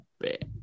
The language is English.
bit